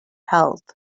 health